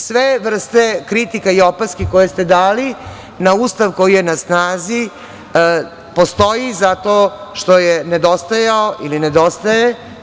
Sve vrste kritika i opaski koje ste dali na Ustav koji je na snazi postoji zato što je nedostajao ili nedostaje.